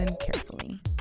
carefully